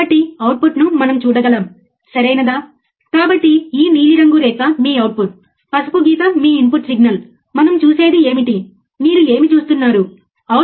operational amplifier ఉంది మేము ఈ ఆపరేషనల్ యాంప్లిఫైయర్ను కనెక్ట్ చేసాము